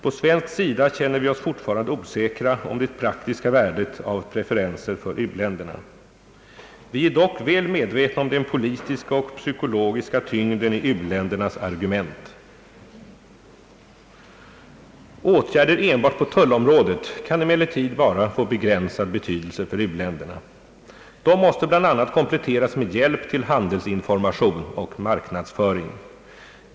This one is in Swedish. På svensk sida känner vi oss fortfarande osäkra om det praktiska värdet av preferenser för u-länderna. Vi är dock väl medvetna om den politiska och psykologiska tyngden i u-ländernas argument. Åtgärder enbart på tullområdet kan emellertid bara få begränsad betydelse för u-länderna. De måste bl.a. kompletteras med hjälp till handelsinformation och marknadsföring.